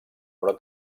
però